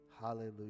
Hallelujah